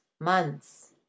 months